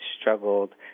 struggled